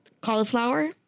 Cauliflower